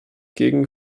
gegen